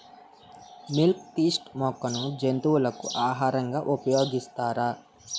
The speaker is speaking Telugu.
మిల్క్ తిస్టిల్ మొక్కను జంతువులకు ఆహారంగా ఉపయోగిస్తారా?